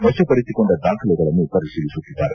ವರಪಡಿಸಿಕೊಂಡ ದಾಖಲೆಗಳನ್ನು ಪರಿಶೀಲಿಸುತ್ತಿದ್ದಾರೆ